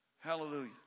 Hallelujah